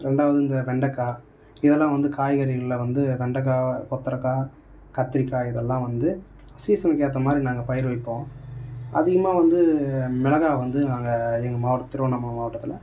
ரெண்டாவது இந்த வெண்டைக்கா இதெலாம் வந்து காய்கறிகளில் வந்து வெண்டைக்கா கொத்தவரக்கா கத்திரிக்காய் இதெல்லாம் வந்து சீசனுக்கு ஏற்ற மாதிரி நாங்கள் பயிர் வைப்போம் அதிகமாக வந்து மிளகா வந்து நாங்கள் எங்கள் மாவட்டம் திருவண்ணாமலை மாவட்டத்தில்